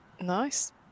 Nice